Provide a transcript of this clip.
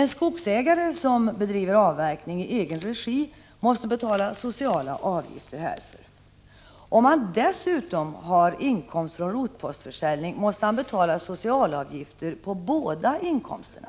En skogsägare som bedriver avverkning i egen regi måste betala sociala avgifter härför. Om han dessutom har inkomst från rotpostförsäljning måste han betala sociala avgifter på båda inkomsterna.